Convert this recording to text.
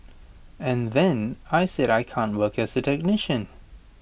and then I said I can't work as A technician